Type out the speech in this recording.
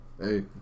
Hey